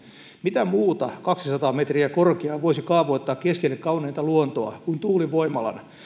mitä muuta kaksisataa metriä korkeaa voisi kaavoittaa keskelle kauneinta luontoa kuin tuulivoimalan